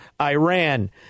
Iran